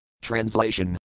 Translation